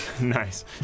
Nice